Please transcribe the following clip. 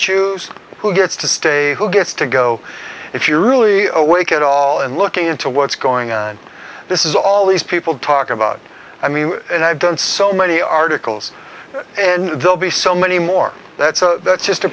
choose who gets to stay who gets to go if you're really awake at all and looking into what's going on this is all these people talk about i mean and i've done so many articles and they'll be so many more that's